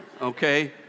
okay